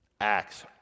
Acts